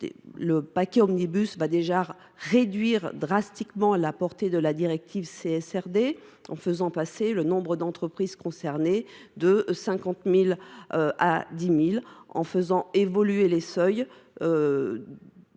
Le paquet omnibus réduira déjà sévèrement la portée de la directive CSRD, en faisant passer le nombre d’entreprises concernées de 50 000 à 10 000, par une évolution des seuils